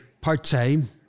part-time